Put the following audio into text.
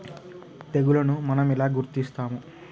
తెగులుని మనం ఎలా గుర్తిస్తాము?